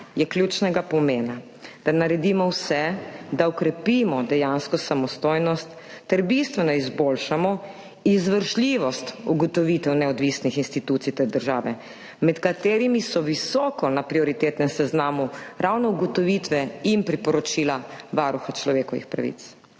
je ključnega pomena, da naredimo vse, da okrepimo dejansko samostojnost ter bistveno izboljšamo izvršljivost ugotovitev neodvisnih institucij te države, med katerimi so visoko na prioritetnem seznamu ravno ugotovitve in priporočila Varuha človekovih pravic.